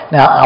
Now